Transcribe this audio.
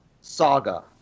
saga